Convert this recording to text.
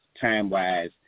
time-wise